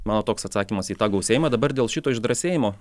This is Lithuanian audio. mano toks atsakymas į tą gausėjimą dabar dėl šito išdrąsėjimo